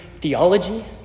theology